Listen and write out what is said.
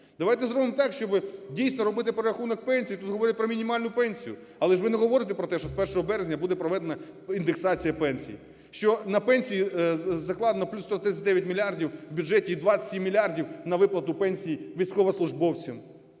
Давайте зробимо так, щоби, дійсно, робити перерахунок пенсій, тут говорять про мінімальну пенсію. Але ж ви не говорите про те, що з 1 березня буде проведена індексація пенсій, що на пенсії закладено плюс 139 мільярдів в бюджеті і 27 мільярдів на виплату пенсій військовослужбовцям.